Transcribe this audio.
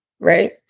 Right